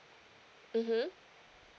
mmhmm